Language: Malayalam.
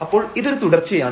അപ്പോൾ ഇതൊരു തുടർച്ചയാണ്